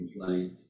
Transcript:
complaint